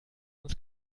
ins